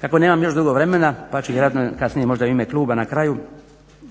Kako nemam još dugo vremena pa ću vjerojatno kasnije možda u ime Kluba na kraju,